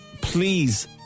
please